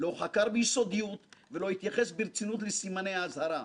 לא חקר ביסודיות ולא התייחס ברצינות לסימני האזהרה.